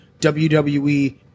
wwe